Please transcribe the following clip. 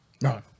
no